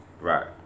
Right